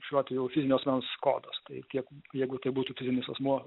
šiuo atveju fizinio asmens kodas tai kiek jeigu tai būtų fizinis asmuo